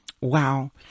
wow